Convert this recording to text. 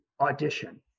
audition